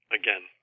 again